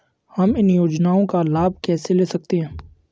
हम इन योजनाओं का लाभ कैसे ले सकते हैं?